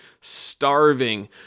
starving